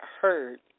heard